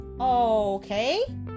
Okay